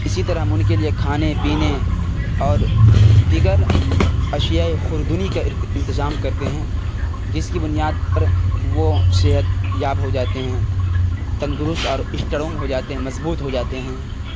اسی طرح ہم ان کے لیے کھانے پینے اور دیگر اشیائے خوردنی کا انتظام کرتے ہیں جس کی بنیاد پر وہ صحتیاب ہو جاتے ہیں تندرست اور اشٹرونگ ہو جاتے ہیں مضبوط ہو جاتے ہیں